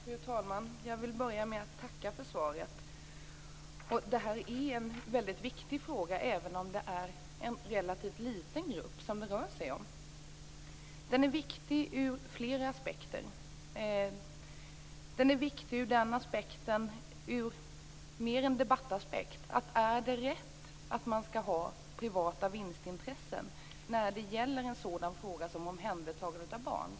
Fru talman! Jag vill börja med att tacka för svaret. Denna fråga är väldigt viktig, även om det rör sig om en relativt liten grupp. Frågan är viktig från flera aspekter, inte bara från debattaspekten. Är det rätt att ha privata vinstintressen när det gäller en fråga som den om omhändertagande av barn?